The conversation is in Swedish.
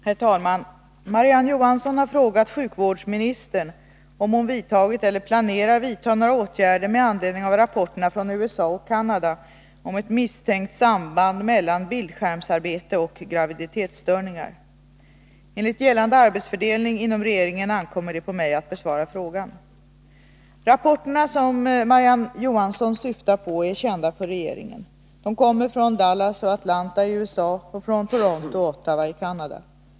Herr talman! Marie-Ann Johansson har frågat sjukvårdsministern om hon vidtagit eller planerar vidta några åtgärder med anledning av rapporterna från USA och Canada om ett misstänkt samband mellan bildskärmsarbete och graviditetsstörningar. Enligt gällande arbetsfördelning inom regeringen ankommer det på mig att besvara frågan. Rapporterna som Marie-Ann Johansson syftar på är kända för regeringen. De kommer från Dallas och Atlanta i USA och från Toronto och Ottawa i Canada.